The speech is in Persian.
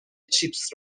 چیپس